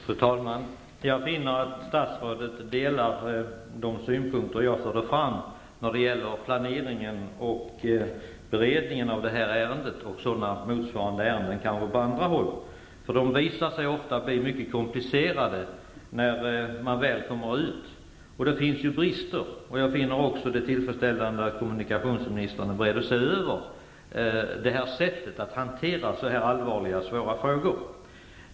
Fru talman! Jag finner att statsrådet delar de synpunkter jag framförde när det gäller planeringen och beredningen av detta ärende, och kanske motsvarande ärenden på andra håll. De visar sig ofta bli mycket komplicerade. Det finns brister, och jag finner det också tillfredsställande att kommunikationsministern är beredd att se över sättet att hantera så här allvarliga och svåra frågor.